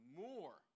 more